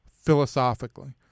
philosophically